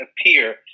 appear